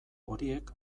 horiek